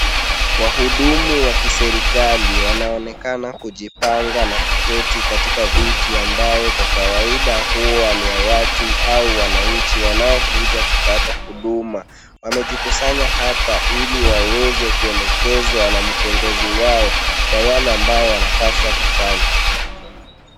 Wahudumu wa kiserikali wanaonekana kujipanga na kuketi katika viti ambayo kwa kawaida huwa ni ya watu au wananchi wanaokuja kupata huduma. Wamejikusanya hapa ili waweze kuelekezwa na kiongozi wao kwa yale ambayo wanapaswa kufanya.